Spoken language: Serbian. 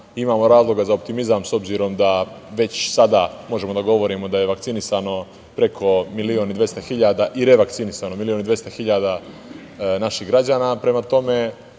imamo razlog za optimizam, s obzirom da već sada možemo da govorimo da je vakcinisano preko milion i dvesta hiljada i revakcinisano, milion i dvesta hiljada naših građana,